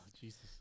Jesus